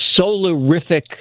Solarific